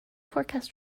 forecast